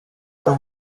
the